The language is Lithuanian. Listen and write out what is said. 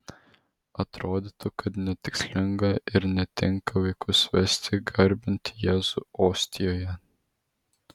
atrodytų kad netikslinga ir netinka vaikus vesti garbinti jėzų ostijoje